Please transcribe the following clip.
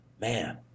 man